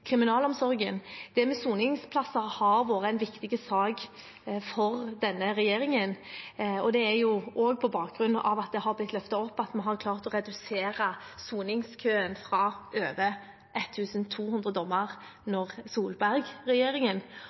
kriminalomsorgen. Dette med soningsplasser har vært en viktig sak for denne regjeringen, og det er også på bakgrunn av at det har blitt løftet opp, at vi har klart å redusere soningskøen fra over 1 200 dommer